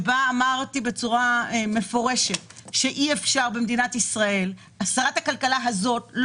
אמרתי בצורה מפורשת שכשרת הכלכלה אני